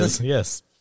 Yes